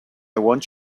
want